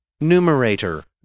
Numerator